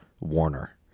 Warner